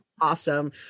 Awesome